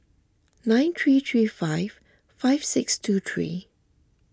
nine three three five five six two three